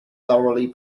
thoroughly